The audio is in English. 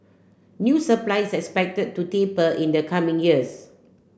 new supply is expected to taper in the coming years